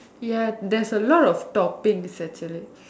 yes there's a lot of topics actually